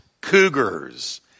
cougars